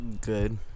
Good